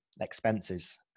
expenses